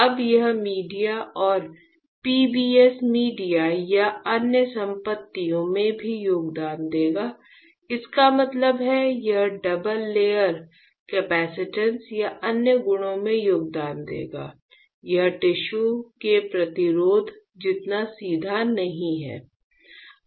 अब यह मीडिया और PBS मीडिया या अन्य संपत्तियों में भी योगदान देगा इसका मतलब है यह डबल लेयर कैपेसिटेंस और अन्य गुणों में योगदान देगा यह टिश्यू के प्रतिरोध जितना सीधा नहीं है